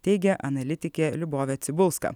teigia analitikė liubovė cibulska